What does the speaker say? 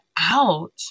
out